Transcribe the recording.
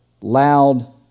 loud